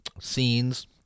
scenes